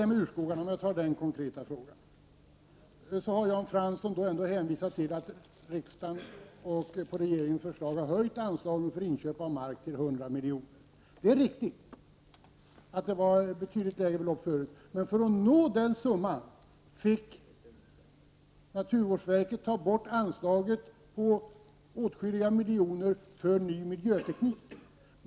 Låt mig ta upp den konkreta frågan om urskogarna. Jan Fransson har då hänvisat till att riksdagen på regeringens förslag har höjt anslagen för inköp av mark till 100 miljoner. Det är riktigt att det var betydligt lägre belopp tidigare. Men för att nå den summan fick naturvårdsverket ta bort anslaget på åtskilliga miljoner för en ny miljöteknik.